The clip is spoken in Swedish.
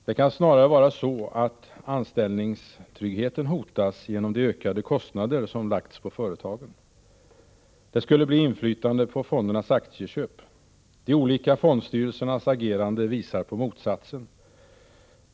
Det kan snarare vara så att anställningstryggheten hotas genom de ökade kostnader som lagts på företagen. Det skulle bli inflytande på fondernas aktieköp. De olika fondstyrelsernas agerande visar på motsatsen.